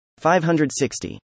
560